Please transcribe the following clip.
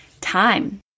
time